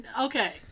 Okay